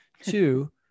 Two